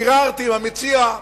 ביררתי עם המציע,